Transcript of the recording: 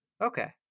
Okay